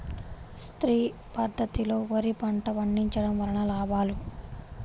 శ్రీ పద్ధతిలో వరి పంట పండించడం వలన లాభాలు?